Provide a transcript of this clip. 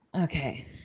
Okay